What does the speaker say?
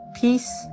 peace